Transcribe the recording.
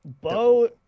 Bo